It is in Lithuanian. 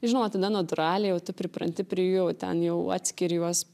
žinoma tada natūraliai jau tu pripranti prie jų jau ten jau atskiri juos